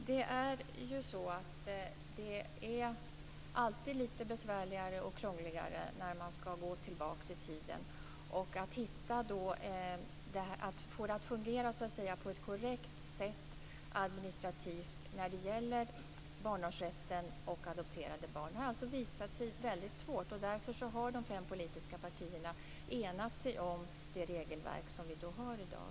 Fru talman! Det är alltid litet besvärligare och krångligare när man skall gå tillbaka i tiden. Att få det att fungera på ett korrekt sätt administrativt när det gäller barnårsrätten och adopterade barn har visat sig vara väldigt svårt. Därför har de fem politiska partierna enat sig om det regelverk vi har i dag.